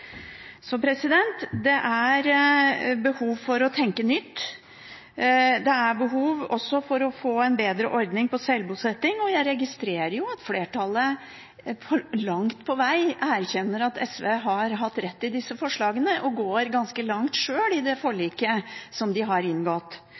Det er behov for å tenke nytt. Det er behov også for å få en bedre ordning for sjølbosetting, og jeg registrerer at flertallet langt på veg erkjenner at SV har hatt rett i disse forslagene, og går ganske langt sjøl i det